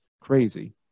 crazy